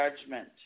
Judgment